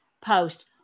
post